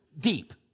deep